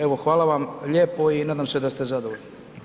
Evo hvala vam lijepo i nadam se da ste zadovoljni.